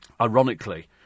ironically